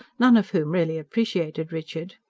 none of whom really appreciated richard.